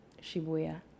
Shibuya